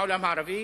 בעולם הערבי: